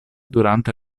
durante